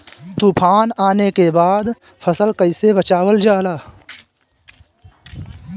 तुफान आने के बाद फसल कैसे बचावल जाला?